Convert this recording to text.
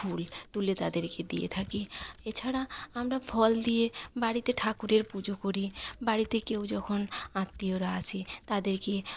ফুল তুলে তাদেরকে দিয়ে থাকি এছাড়া আমরা ফল দিয়ে বাড়িতে ঠাকুরের পুজো করি বাড়িতে কেউ যখন আত্মীয়রা আসে তাদেরকে